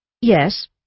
Yes